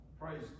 Praise